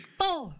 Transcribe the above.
four